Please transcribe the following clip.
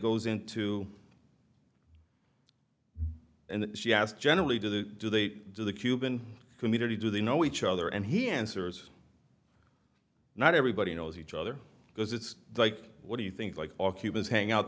goes into and she asked generally do the do they do the cuban community do they know each other and he answers not everybody knows each other because it's like what do you think like all cubans hang out